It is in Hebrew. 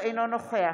אינו נוכח